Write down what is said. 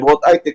חברות היי-טק,